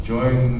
join